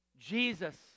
Jesus